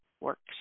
works